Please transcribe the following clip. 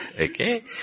okay